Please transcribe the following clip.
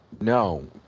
no